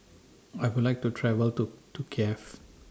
I Would like to travel to to Kiev